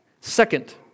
Second